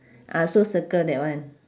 ah so circle that one